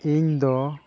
ᱤᱧ ᱫᱚ